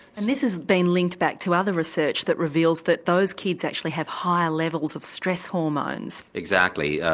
and this has been linked back to other research that reveals that those kids actually have higher levels of stress hormones. exactly.